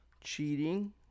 cheating